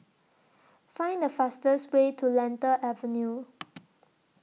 Find The fastest Way to Lentor Avenue